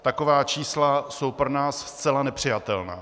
Taková čísla jsou pro nás zcela nepřijatelná.